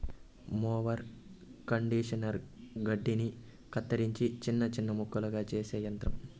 mower conditioner గడ్డిని కత్తిరించి చిన్న చిన్న ముక్కలుగా చేసే యంత్రం